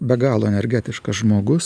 be galo energetiškas žmogus